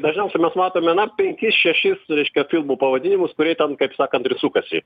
dažniausiai mes matome na penkis šešis reiškia filmų pavadinimus kurie ten kaip sakant ir sukasi